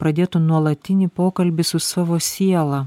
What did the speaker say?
pradėtų nuolatinį pokalbį su savo siela